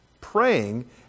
praying